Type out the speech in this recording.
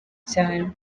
cyane